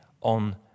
on